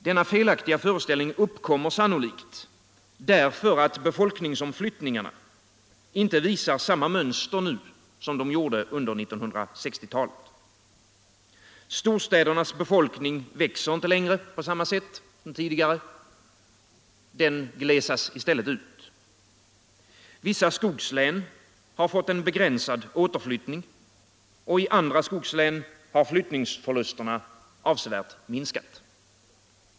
Denna felaktiga föreställning uppkommer sannolikt därför att befolkningsomflyttningarna nu inte visar samma mönster som de gjorde under 1960-talet. Storstädernas befolkning växer inte längre på samma sätt som tidigare, den minskar i stället. Vissa skogslän har fått en begränsad återflyttning. I andra skogslän har flyttningsförlusterna avsevärt minskat.